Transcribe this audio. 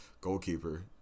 goalkeeper